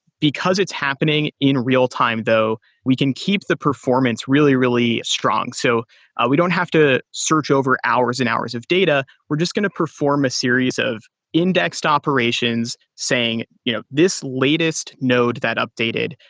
because it's happening in real-time though, we can keep the performance really, really strong. so we don't have to search over hours and hours of data. we're just going to perform a series of indexed operations saying you know this latest node that updated,